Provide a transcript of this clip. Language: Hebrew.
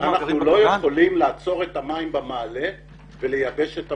אנחנו לא יכולים לעצור את המים במעלה ולייבש את המורד,